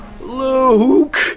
Luke